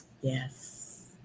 yes